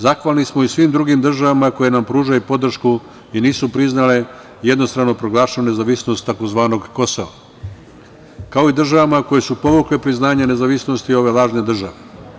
Zahvalni smo i svim drugim državama koje nam pružaju podršku i nisu priznale jednostrano proglašenu nezavisnost tzv. „Kosova“, kao i državama koje su povukle priznanje nezavisnosti ove lažne države.